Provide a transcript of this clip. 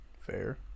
Fair